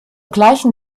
gleichen